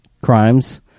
crimes